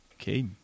okay